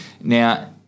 now